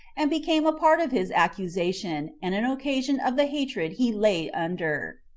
and became a part of his accusation, and an occasion of the hatred he lay under.